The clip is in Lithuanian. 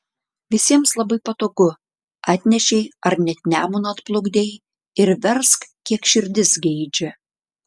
visiems labai patogu atnešei ar net nemunu atplukdei ir versk kiek širdis geidžia